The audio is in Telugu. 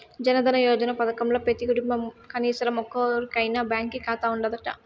జనదన యోజన పదకంల పెతీ కుటుంబంల కనీసరం ఒక్కోరికైనా బాంకీ కాతా ఉండాదట